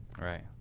Right